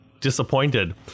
disappointed